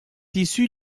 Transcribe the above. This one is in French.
issue